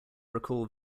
recall